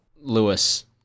Lewis